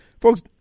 folks